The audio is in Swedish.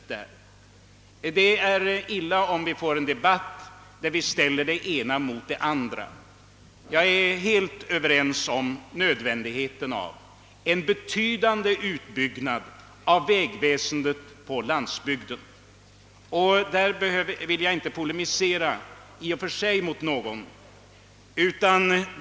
Det är illa, om det blir en debatt där vi ställer det ena mot det andra. Jag är helt på det klara med nödvändigheten av en betydande utbyggnad av vägväsendet på landsbygden och vill därför inte i och för sig polemisera mot någon.